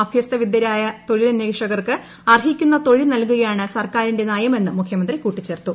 അഭ്യസ്ത വിദ്യരായ തൊഴിലന്വേഷകർക്ക് അർഹിക്കുന്ന തൊഴിൽ നൽകുകയാണ് സർക്കാരിന്റെ നയമെന്നും മുഖ്യമന്ത്രി കൂട്ടിച്ചേർത്തു